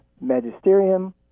magisterium